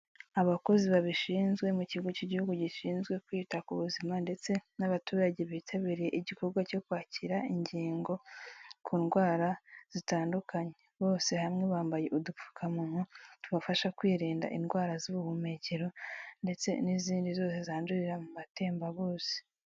Abakozi babishinzwe mu kigo k'igihugu gishinzwe kwita ku buzima ndetse n'abaturage bitabiriye igikorwa cyo kwakira ingingo ku ndwara zitandukanye, bose hamwe bambaye udupfukamunwa tubafasha kwirinda indwara z'ubuhumekero ndetse n'izindi zose zandurira mu matembabuzi.